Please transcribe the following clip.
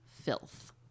filth